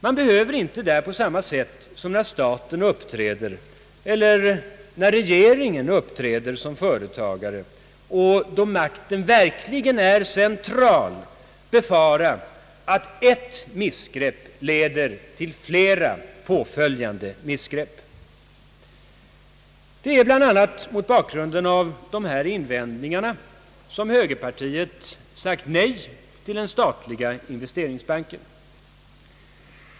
Man behöver där inte på samma sätt som när staten eller regeringen uppträder som företagare och då makten är central befara att ett missgrepp leder till flera påföljande missgrepp. Det är bl.a. mot bakgrunden av dessa invändningar som högerpartiet sagt nej till den statliga investeringsbanken.